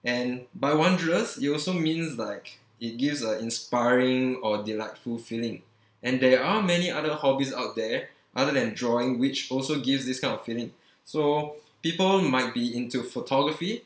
and by wondrous you also mean like it gives a inspiring or delightful feeling and there are many other hobbies out there other than drawing which also gives this kind of feeling so people might be into photography